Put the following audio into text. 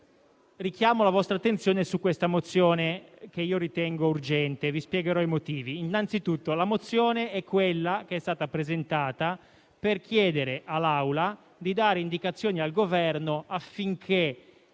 richiamo la vostra attenzione su questa mozione che ritengo urgente e vi spiegherò i motivi. Innanzitutto, la mozione è stata presentata per chiedere all'Aula di dare indicazioni al Governo affinché